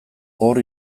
hor